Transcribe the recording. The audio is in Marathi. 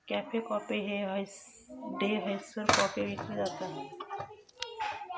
कॅफे कॉफी डे हयसर कॉफी विकली जाता